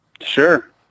Sure